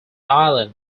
island